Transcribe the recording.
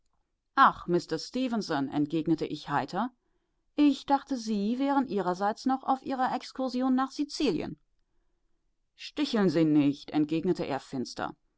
ach mister stefenson entgegnete ich heiter ich dachte sie wären ihrerseits noch auf ihrer exkursion nach sizilien sticheln sie nicht entgegnete er finster